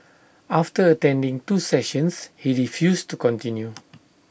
after attending two sessions he refused to continue